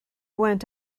went